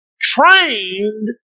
trained